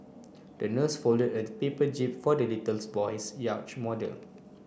the nurse folded a paper jib for the little boy's yacht model